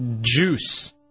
Juice